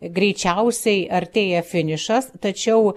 greičiausiai artėja finišas tačiau